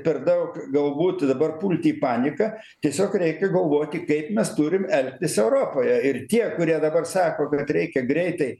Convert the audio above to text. per daug galbūt dabar pult į paniką tiesiog reikia galvoti kaip mes turim elgtis europoje ir tie kurie dabar sako kad reikia greitai